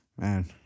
man